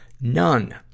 None